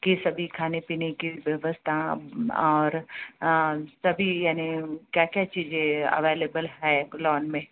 कि सभी खाने पीने की व्यवस्था और सभी यानि क्या क्या चीज़ें अवेलेबल है लॉन में